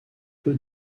peu